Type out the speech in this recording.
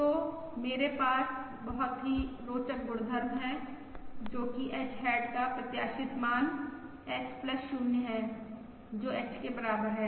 तो मेरे पास बहुत ही रोचक गुणधर्म है जो कि h हैट का प्रत्याशित मान H 0 है जो H के बराबर है